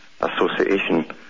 association